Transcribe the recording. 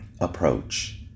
approach